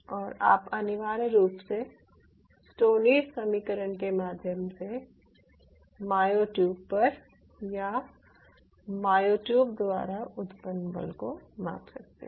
और आप अनिवार्य रूप से स्टोनीज़ समीकरण के माध्यम से मायोट्यूब पर या मायोट्यूब द्वारा उत्पन्न बल को माप सकते हैं